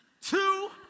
two